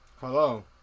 Hello